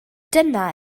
dyna